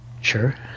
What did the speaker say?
Sure